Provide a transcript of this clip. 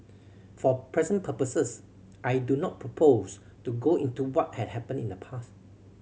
for present purposes I do not propose to go into what had happened in the past